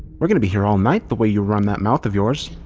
we're going to be here all night the way you run that mouth of yours.